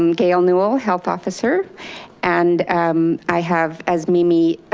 um gail newel, health officer and um i have as mimi